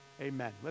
Amen